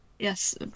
Yes